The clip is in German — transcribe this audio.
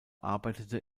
arbeitete